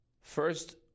First